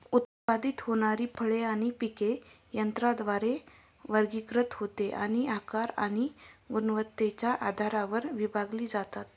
उत्पादित होणारी फळे आणि पिके यंत्राद्वारे वर्गीकृत होते आणि आकार आणि गुणवत्तेच्या आधारावर विभागली जातात